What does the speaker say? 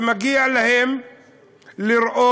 ומגיע להם לראות